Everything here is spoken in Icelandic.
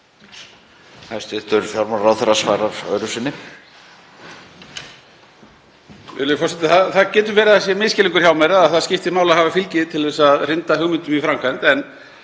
Það getur verið að það sé misskilningur hjá mér að það skipti máli að hafa fylgi til að hrinda hugmyndum í framkvæmd.